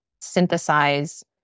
synthesize